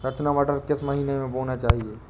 रचना मटर किस महीना में बोना चाहिए?